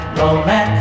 romance